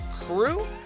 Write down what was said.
crew